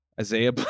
Isaiah